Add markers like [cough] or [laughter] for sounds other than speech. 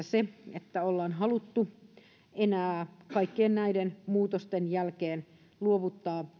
[unintelligible] se että ollaan haluttu kaikkien näiden muutosten jälkeen luovuttaa